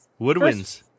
Woodwinds